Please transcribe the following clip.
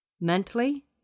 Mentally